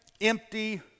empty